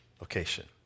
location